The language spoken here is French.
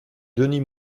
denis